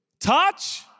Touch